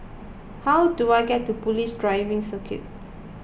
how do I get to Police Driving Circuit